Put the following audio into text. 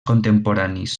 contemporanis